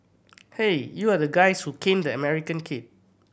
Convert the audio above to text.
hey you are the guys who caned the American kid